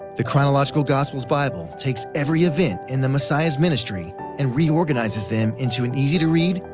the chronological gospels bible takes every event in the messiah's ministry and reorganizes them into an easy-to-read,